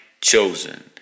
chosen